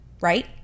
Right